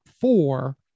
four